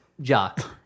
Jock